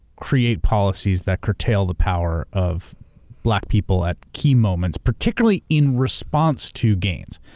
create policies that curtail the power of black people at key moments, particularly in response to gains.